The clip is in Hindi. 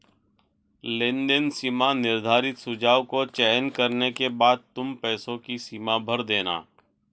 लेनदेन सीमा निर्धारित सुझाव को चयन करने के बाद तुम पैसों की सीमा भर देना